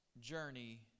journey